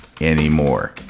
anymore